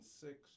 six